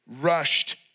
rushed